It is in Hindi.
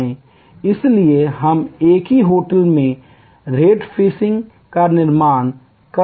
इसलिए हम एक ही होटल में रेट फेंसिंग का निर्माण कर सकते हैं